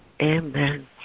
Amen